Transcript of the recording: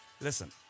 Listen